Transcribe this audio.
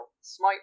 Smite